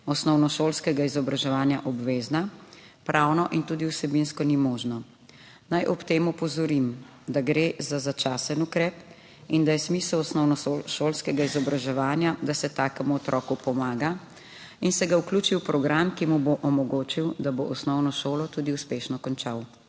osnovnošolskega izobraževanja obvezna, pravno in tudi vsebinsko ni možno. Naj ob tem opozorim, da gre za začasen ukrep in da je smisel osnovnošolskega izobraževanja, da se takemu otroku pomaga in se ga vključi v program, ki mu bo omogočil, da bo osnovno šolo tudi uspešno končal.